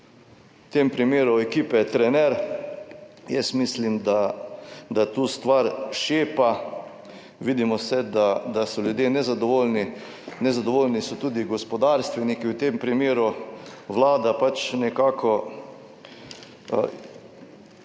v tem primeru ekipe, trener. Jaz mislim, da tu stvar šepa. Vidimo se, da so ljudje nezadovoljni, nezadovoljni so tudi gospodarstveniki, v tem primeru Vlada nekako v teh